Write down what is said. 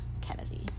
Kennedy